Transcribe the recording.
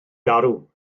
garw